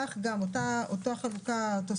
כך גם אותה תוספת,